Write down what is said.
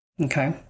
Okay